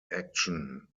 action